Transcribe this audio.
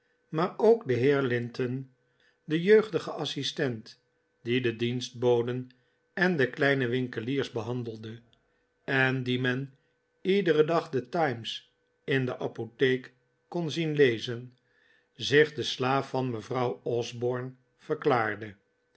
maar ook de heer linton de jeugdige assistent die de dienstboden en de kleine winkeliers behandelde en dien men iederen dag de times in de apotheek kon zien lezen zich de slaaf van mevrouw osborne verklaarde